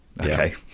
Okay